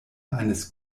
eines